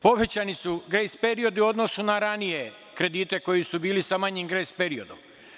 Povećani su grejs periodu odnosu na ranije kredite koji su bili sa manjim grejs periodom.